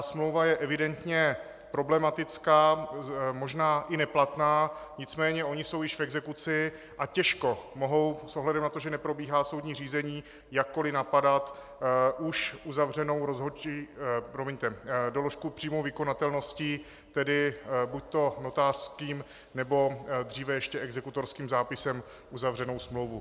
Smlouva je evidentně problematická, možná i neplatná, nicméně oni jsou již v exekuci a těžko mohou s ohledem na to, že neprobíhá soudní řízení, jakkoli napadat už uzavřenou doložku přímé vykonatelnosti, tedy buďto notářským, nebo dříve ještě exekutorským zápisem uzavřenou smlouvu.